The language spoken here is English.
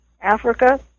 Africa